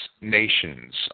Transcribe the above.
nations